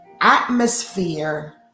atmosphere